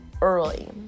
early